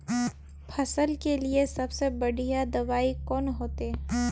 फसल के लिए सबसे बढ़िया दबाइ कौन होते?